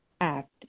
act